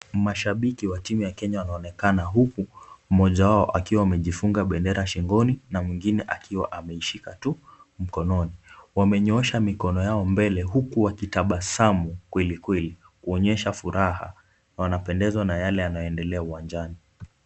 Mashabiki wa timu y Kenya wanaonekana huku mmoja wao akiwa amejifunga bendera shingoni na mwingine akiwa ameishika tu mkononi. Wamenyoosha mikono yao mbele huku wakitabasamu kwelikweli, kuonyesha furaha na wanapendezwa na yale yanayoendelea uwanjani.